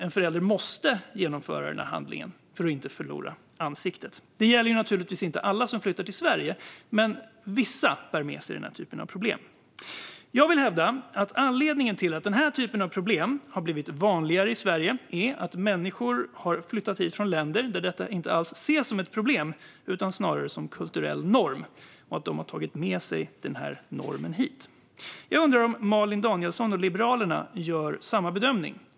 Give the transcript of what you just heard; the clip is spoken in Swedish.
En förälder måste genomföra en viss handling för att inte förlora ansiktet. Det här gäller naturligtvis inte alla som flyttar till Sverige, men vissa bär med sig sådana problem. Jag hävdar att anledningen till att dessa problem har blivit vanligare i Sverige är att människor har flyttat hit från länder där det här inte alls ses som ett problem utan snarare som kulturell norm. De har tagit med sig normen hit. Jag undrar om Malin Danielsson och Liberalerna gör samma bedömning.